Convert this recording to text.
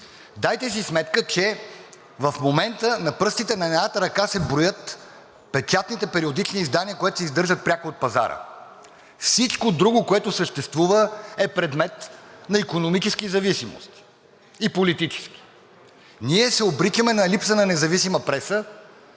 Дайте си сметка, че в момента на пръстите на едната ръка се броят печатните периодични издания, които се издържат пряко от пазара. Всичко друго, което съществува, е предмет на икономически зависимости и политически. Ние се обричаме на липса на независима преса,